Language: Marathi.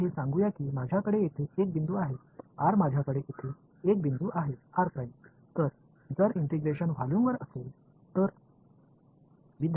तर हे सांगूया की माझ्याकडे येथे एक बिंदू आहे r माझ्याकडे येथे एक बिंदू आहे r तर जर इंटिग्रेशन व्हॉल्यूम असेल तर